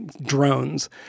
drones